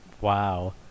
wow